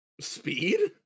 Speed